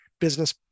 business